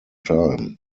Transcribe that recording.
time